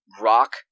rock